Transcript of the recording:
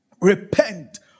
repent